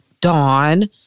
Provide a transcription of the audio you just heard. Dawn